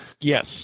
Yes